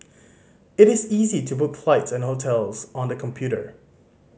it is easy to book flights and hotels on the computer